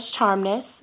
Charmness